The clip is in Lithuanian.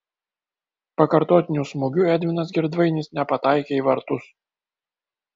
pakartotiniu smūgiu edvinas girdvainis nepataikė į vartus